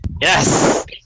Yes